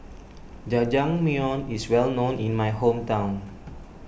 Jajangmyeon is well known in my hometown